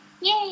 Yay